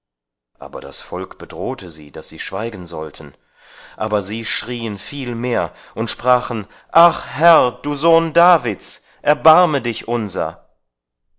aber das volk bedrohte sie daß sie schweigen sollten aber sie schrieen viel mehr und sprachen ach herr du sohn davids erbarme dich unser